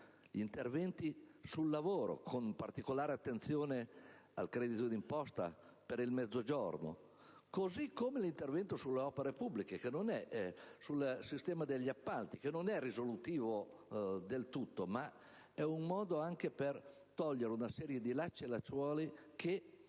in questo decreto, con particolare attenzione al credito d'imposta per il Mezzogiorno, così come l'intervento sulle opere pubbliche e sul sistema degli appalti, che non è del tutto risolutivo, ma è un modo per eliminare una serie di lacci e lacciuoli che